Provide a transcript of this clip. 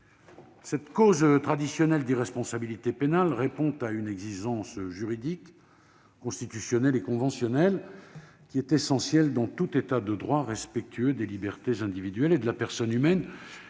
Cette cause traditionnelle d'irresponsabilité pénale répond à une exigence juridique, constitutionnelle et conventionnelle, qui est essentielle dans tout État de droit respectueux des libertés individuelles et de la personne humaine,